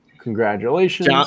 Congratulations